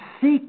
seek